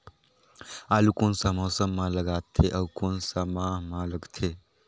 आलू कोन सा मौसम मां लगथे अउ कोन सा माह मां लगथे?